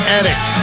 Addict